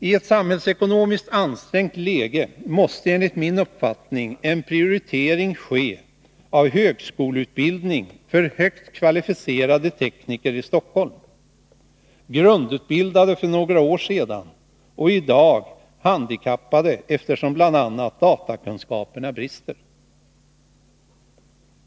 I ett samhällsekonomiskt ansträngt läge måste enligt min uppfattning en prioritering ske av högskoleutbildning för högt kvalificerade tekniker i Stockholm, grundutbildade för några år sedan och i dag ”handikappade”, eftersom bl.a. datakunskaperna brister.